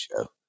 show